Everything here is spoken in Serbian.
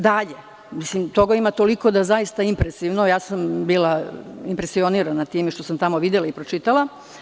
Dalje, toga ima toliko, da je zaista impresivno, bila sam impresionirana time što sam tamo videla i pročitala.